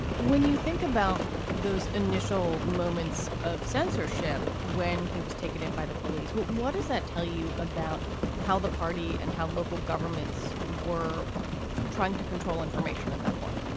when you think about those initial moments of censorship when he was taken in by the police, what what does that tell you about how the party and how local governments were trying to control information at that point?